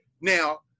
Now